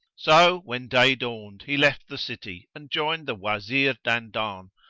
so, when day dawned he left the city and joined the wazir dandan,